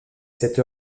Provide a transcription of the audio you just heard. cette